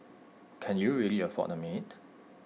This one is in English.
can you really afford A maid